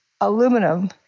Aluminum